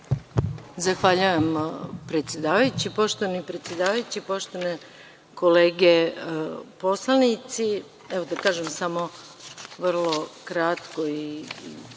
Zahvaljujem, predsedavajući. Poštovani predsedavajući, poštovane kolege poslanici, da kažem samo vrlo kratko i